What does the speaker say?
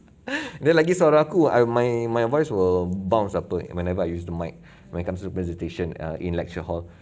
and then lagi suara aku ah my my voice will bounce apa whenever I use the mic when it comes to presentation err in lecture hall